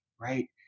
right